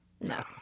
No